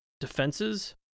defenses